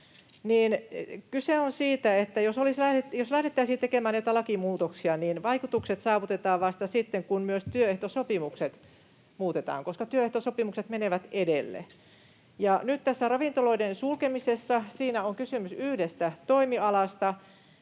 Kyse on siitä, että jos lähdettäisiin tekemään näitä lakimuutoksia, niin vaikutukset saavutetaan vasta sitten, kun myös työehtosopimukset muutetaan, koska työehtosopimukset menevät edelle. Nyt tässä ravintoloiden sulkemisessa on kysymys yhdestä toimialasta.